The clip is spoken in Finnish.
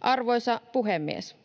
Arvoisa puhemies!